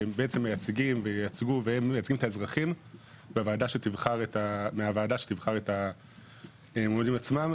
שהם בעצם מייצגים וייצגו את האזרחים מהוועדה שתבחר את המועמדים עצמם.